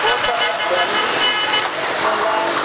पोटल भेन्डी मुला